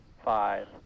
Five